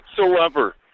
whatsoever